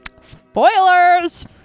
spoilers